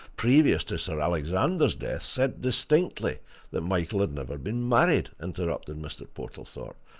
previous to sir alexander's death, said distinctly that michael had never been married, interrupted mr. portlethorpe.